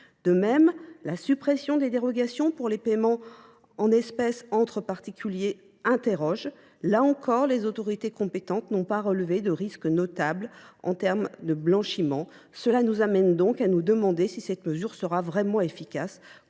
de la suppression des dérogations pour les paiements en espèces entre particuliers. Là encore, les autorités compétentes n’ont pas relevé de risques notables en matière de blanchiment. Cela nous amène donc à nous demander si cette mesure sera vraiment efficace